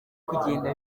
kugenda